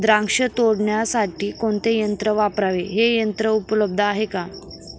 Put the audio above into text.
द्राक्ष तोडण्यासाठी कोणते यंत्र वापरावे? हे यंत्र उपलब्ध आहे का?